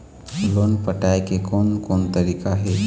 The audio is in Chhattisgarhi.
लोन पटाए के कोन कोन तरीका हे?